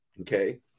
okay